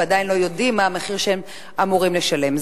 ועדיין לא יודעים מה המחיר שהם אמורים לשלם,